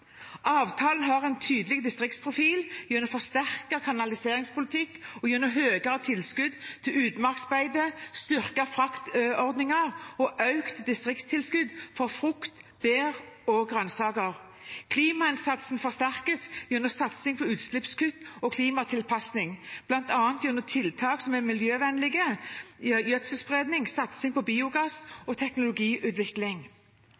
Avtalen har en tydelig distriktsprofil gjennom forsterket kanaliseringspolitikk og gjennom høyere tilskudd til utmarksbeite, styrkede fraktordninger og økt distriktstilskudd for frukt, bær og grønnsaker. Klimainnsatsen forsterkes gjennom satsing på utslippskutt og klimatilpasning, bl.a. gjennom tiltak som er miljøvennlige – gjødselspredning, satsing på